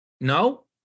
no